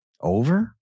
Over